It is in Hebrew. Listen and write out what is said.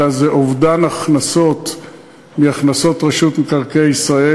אלא זה אובדן הכנסות מהכנסות רשות מקרקעי ישראל,